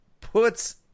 puts